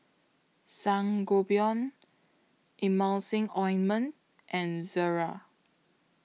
Sangobion Emulsying Ointment and Ezerra